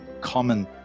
common